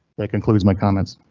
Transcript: that concludes my comments.